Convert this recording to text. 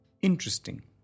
interesting